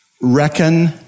reckon